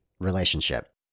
Relationship